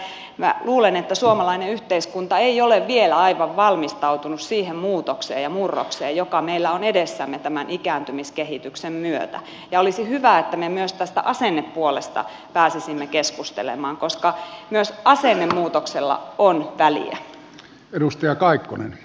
minä olen sanonutkin että minä luulen että suomalainen yhteiskunta ei ole vielä aivan valmistautunut siihen muutokseen ja murrokseen joka meillä on edessämme tämän ikääntymiskehityksen myötä ja olisi hyvä että me myös tästä asennepuolesta pääsisimme keskustelemaan koska myös asennemuutoksella on väliä